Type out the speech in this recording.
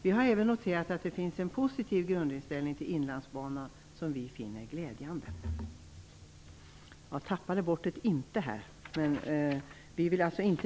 Vi har även noterat att det finns en positiv grundinställning till Inlandsbanan, som vi finner glädjande.